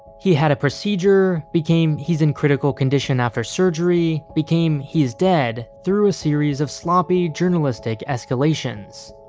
he had a procedure became he's in critical condition after surgery became he's dead through a series of sloppy journalistic escalations.